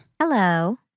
Hello